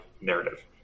narrative